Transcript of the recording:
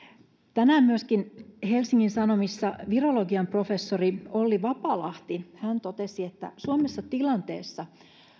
tänään helsingin sanomissa virologian professori olli vapalahti totesi että suomessa tilanteessa